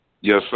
Yes